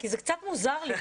כי זה קצת מוזר לי,